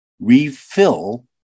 refill